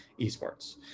esports